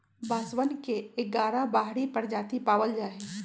बांसवन के ग्यारह बाहरी प्रजाति पावल जाहई